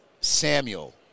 Samuel